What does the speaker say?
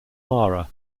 mara